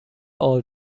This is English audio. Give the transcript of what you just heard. all